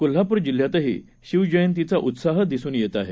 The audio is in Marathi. कोल्हापूर जिल्ह्यातही शिवजयंती उत्साह दिसून येत आहे